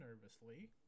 nervously